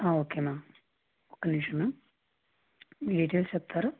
okay ma'am ఒక్క నిమిషం ma'am మీ డీటైల్స్ చెప్తారా